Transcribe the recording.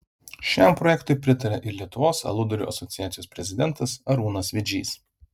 šiam projektui pritaria ir lietuvos aludarių asociacijos prezidentas arūnas vidžys